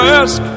ask